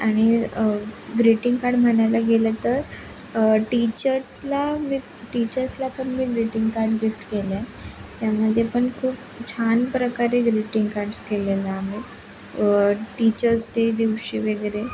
आणि greeting card म्हणायला गेलं तर टीचर्सला मी टीचर्सला पण मी ग्रीटिंग कार्ड गिफ्ट केलं आहे त्यांना ते पण खूप छान प्रकारे ग्रीटिंग कार्डस केलेलं आहे टीचर्स डे दिवशी वगैरे